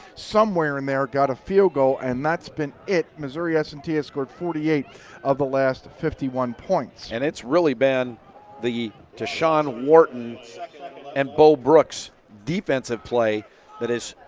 somewhere in there got a field goal and that's been it, missouri s and t scored forty eight of the last fifty one points. and its really been the tershawn wharton um and bo brooks defensive play that is,